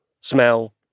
smell